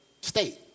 state